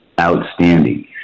Outstanding